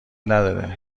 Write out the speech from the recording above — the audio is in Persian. نداره